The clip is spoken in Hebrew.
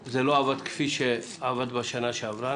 זה לא עבד כפי שזה עבד בשנה שעברה.